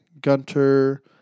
Gunter